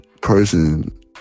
person